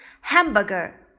Hamburger